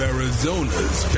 Arizona's